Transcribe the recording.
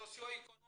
סוציו אקונומי.